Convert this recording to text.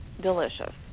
delicious